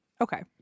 Okay